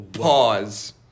Pause